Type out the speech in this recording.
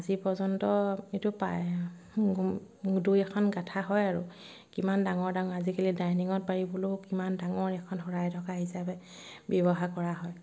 আজি পৰ্যন্ত এইটো পায় দুই এখন গঁঠা হয় আৰু কিমান ডাঙৰ ডাঙৰ আজিকালি ডাইনিঙত পাৰিবলৈও কিমান ডাঙৰ এখন শৰাই ঢকা হিচাপে ব্যৱহাৰ কৰা হয়